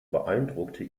beeindruckte